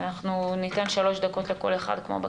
אנחנו ניתן שלוש דקות לכל אחד, כמו בכנסת.